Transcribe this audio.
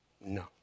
No